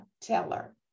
teller